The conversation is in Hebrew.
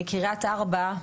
מקריית ארבע,